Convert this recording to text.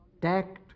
tact